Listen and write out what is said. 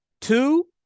Two